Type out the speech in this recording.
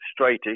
straightish